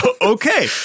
Okay